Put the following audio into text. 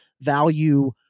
value